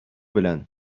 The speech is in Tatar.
белән